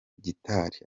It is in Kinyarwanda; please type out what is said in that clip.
gitari